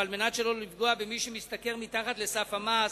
ועל מנת שלא לפגוע במי שמשתכר מתחת לסף המס,